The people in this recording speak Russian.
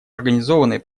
организованной